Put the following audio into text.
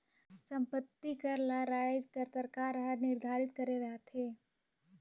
संपत्ति कर ल राएज कर सरकार हर निरधारित करे रहथे